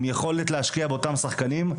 עם יכולת להשקיע באותם שחקנים,